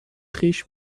خویش